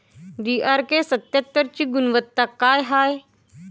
DRK सत्यात्तरची गुनवत्ता काय हाय?